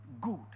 Good